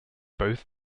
both